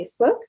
Facebook